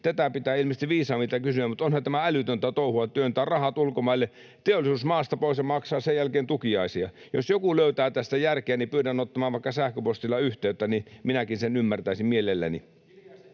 Tätä pitää ilmeisesti viisaammilta kysyä, mutta onhan tämä älytöntä touhua: työntää rahat ulkomaille, teollisuusmaasta pois, ja maksaa sen jälkeen tukiaisia. Jos joku löytää tässä järkeä, niin pyydän ottamaan vaikka sähköpostilla yhteyttä, niin minäkin sen ymmärtäisin mielelläni.